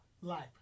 life